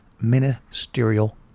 ministerial